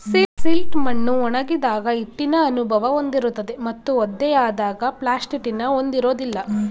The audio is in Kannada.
ಸಿಲ್ಟ್ ಮಣ್ಣು ಒಣಗಿದಾಗ ಹಿಟ್ಟಿನ ಅನುಭವ ಹೊಂದಿರುತ್ತದೆ ಮತ್ತು ಒದ್ದೆಯಾದಾಗ ಪ್ಲಾಸ್ಟಿಟಿನ ಹೊಂದಿರೋದಿಲ್ಲ